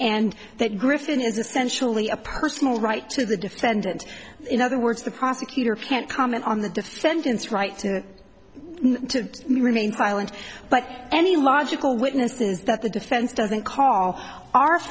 and that griffin is essentially a personal right to the defendant in other words the prosecutor can't comment on the defendant's right to remain silent but any logical witnesses that the defense doesn't call